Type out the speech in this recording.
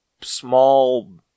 small